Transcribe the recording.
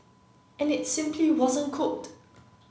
and it simply wasn't cooked